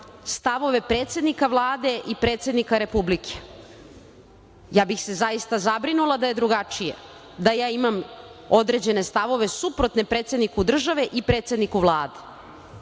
stavove predsednika Vlade i predsednika Republike. Ja bih se zaista zabrinula da je drugačije, da ja imam određene stavove suprotne predsedniku države i predsedniku Vlade. Ovo